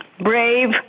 brave